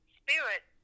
spirit